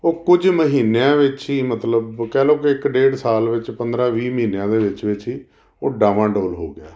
ਉਹ ਕੁਝ ਮਹੀਨਿਆਂ ਵਿੱਚ ਹੀ ਮਤਲਬ ਕਹਿ ਲੋ ਕਿ ਇੱਕ ਡੇਢ ਸਾਲ ਵਿੱਚ ਪੰਦਰ੍ਹਾਂ ਵੀਹ ਮਹੀਨਿਆਂ ਦੇ ਵਿੱਚ ਵਿੱਚ ਹੀ ਉਹ ਡਾਵਾਂ ਡੋਲ ਹੋ ਗਿਆ